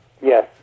yes